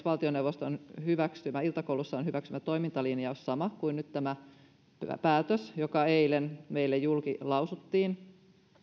valtioneuvoston iltakoulussaan hyväksymä toimintalinjaus sama kuin nyt tämä tämä päätös joka eilen meille julkilausuttiin